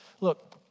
Look